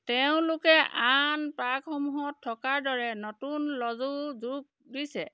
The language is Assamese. তেওঁলোকে আন পাৰ্কসমূহত থকাৰ দৰে নতুন লজো যোগ দিছে